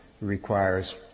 requires